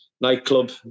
nightclub